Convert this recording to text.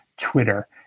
Twitter